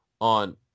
on